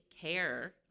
care